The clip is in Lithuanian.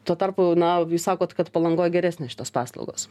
tuo tarpu na jūs sakot kad palangoj geresnės šitos paslaugos